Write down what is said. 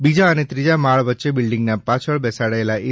બીજા અને ત્રીજા માળ વચ્ચે બિલ્ડિંગના પાછળ બેસાડેલા એ